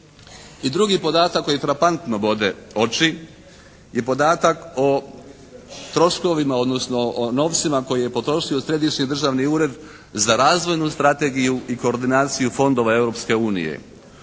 I drugi podatak koji frapantno bode oči je podatak o troškovima, odnosno o novcima koji je potrošio Središnji državni ured za razvojnu strategiju i koordinaciju fondova Europske unije.